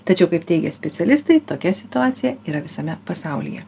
tačiau kaip teigia specialistai tokia situacija yra visame pasaulyje